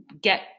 get